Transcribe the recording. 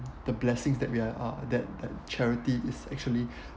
the blessing that we are that that charity is actually